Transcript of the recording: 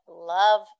love